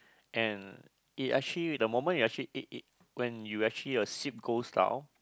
and it actually the moment you actually eat it when you actually a sip goes down